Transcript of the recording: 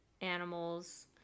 animals